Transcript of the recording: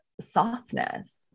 softness